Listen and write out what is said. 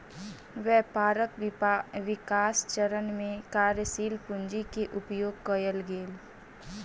व्यापारक विकास चरण में कार्यशील पूंजी के उपयोग कएल गेल